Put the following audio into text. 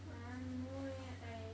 !huh! no leh I